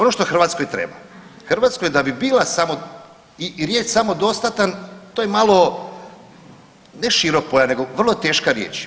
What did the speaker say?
Ono što Hrvatskoj treba, Hrvatskoj da bi bila i riječ samodostatan to je malo ne širok pojam nego vrlo teška riječ.